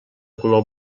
color